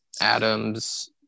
Adams